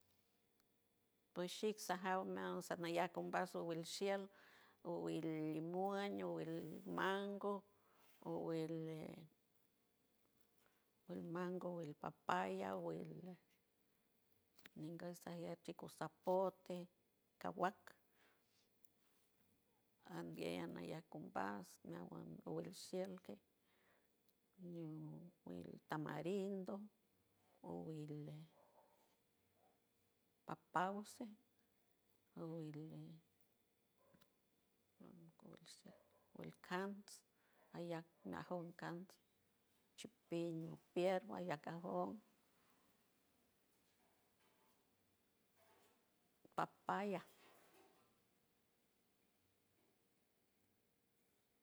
Pues shix sajaumea sat nayauca un vaso ulielshiald o wil limon o wil mango o wil mango wil papaya o wil ningasayas de chicozapote caguac ambien ñiaycumbaj agua o el ciel que an wil tamarindo o wil le papause o wil cans ayak nacouse dicans chipiña pierna yacabo papaya